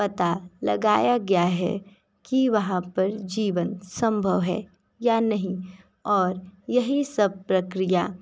पता लगाया गया है कि वहाँ पर जीवन संभव है या नहीं और यही सब प्रक्रिया